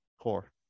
Core